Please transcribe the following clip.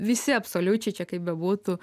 visi absoliučiai čia kaip bebūtų